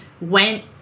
went